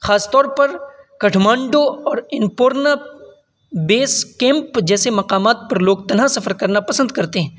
خاص طور پر کٹھمانڈو اور انن پورنا بیس کیمپ جیسے مقامات پر لوگ تنہا سفر کرنا پسند کرتے ہیں